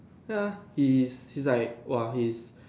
ya he is he is like !wah! he is